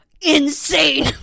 insane